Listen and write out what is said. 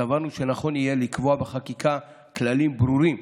סברנו שנכון יהיה לקבוע בחקיקה כללים ברורים,